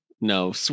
No